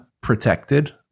protected